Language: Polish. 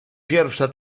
pierwsza